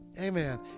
Amen